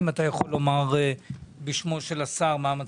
אם אתה יכול לומר בשמו של השר מה המצב.